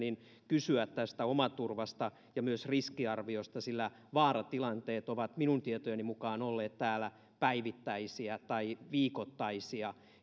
kysyä tästä omaturvasta ja myös riskiarviosta sillä vaaratilanteet ovat minun tietojeni mukaan olleet täällä päivittäisiä tai viikoittaisia